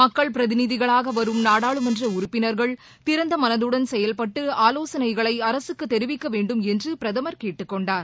மக்கள் பிரதிநிதிகளாக வரும் நாடாளுமன்ற உறுப்பினர்கள் திறந்த மனதுடன் செயல்பட்டு ஆலோசனைகளை அரசுக்கு தெரிவிக்க வேண்டும் என்று பிரதமர் கேட்டுக்கொண்டார்